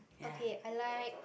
okay i like